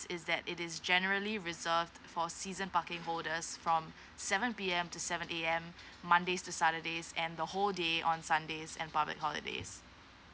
is that it is generally reserved for season parking holders from seven P M to seven A M mondays to saturdays and the whole day on sundays and public holidays